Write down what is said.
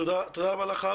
תודה רבה לך,